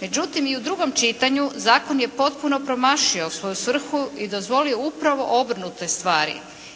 Međutim, i drugom čitanju zakon je potpuno promašio svoju svrhu i dozvolio upravo obrnute stvari,